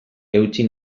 eutsi